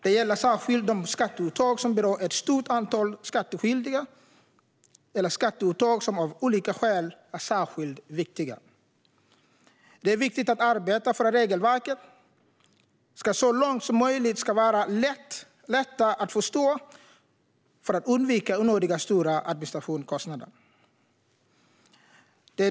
Det gäller särskilt de skatteuttag som berör ett stort antal skattskyldiga eller skatteuttag som av olika skäl är särskilt viktiga. Det är viktigt att arbeta för att regelverken så långt som möjligt ska vara lätta att förstå, för att vi ska undvika onödiga stora administrativa kostnader.